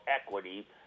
equity